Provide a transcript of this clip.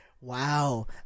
Wow